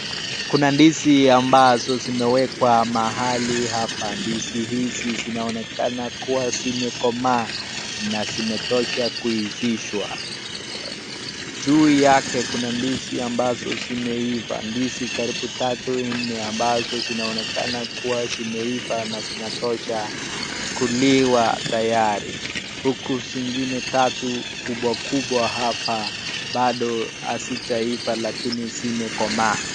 Kuna ndizi ambazo zimeekwa mahali hapa. Ndizi hizi zinaonekana zimekomaa na zimetosha kuivishwa. Juu yake kuna ndizi ambao zimeiva ndizi karibu tatu, nne ambazo zinaonekana kuiva na zinatosha kuliwa tayari, huku zingine tatu kubwa kubwa bado hazijaiva lakini zimekomaa.